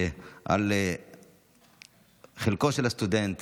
על חלקו של הסטודנט